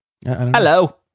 hello